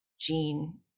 gene